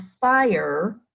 fire